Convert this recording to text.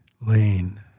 lane